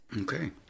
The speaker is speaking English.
Okay